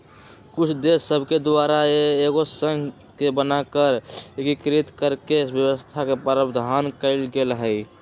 कुछ देश सभके द्वारा एगो संघ के बना कऽ एकीकृत कऽकेँ व्यवस्था के प्रावधान कएल गेल हइ